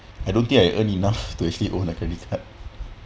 I don't think I earn enough to actually own a credit card